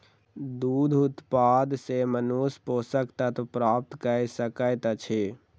दूध उत्पाद सॅ मनुष्य पोषक तत्व प्राप्त कय सकैत अछि